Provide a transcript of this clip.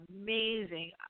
amazing